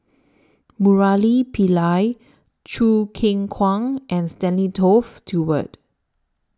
Murali Pillai Choo Keng Kwang and Stanley Toft Stewart